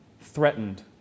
threatened